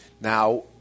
Now